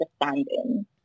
understanding